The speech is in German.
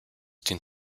den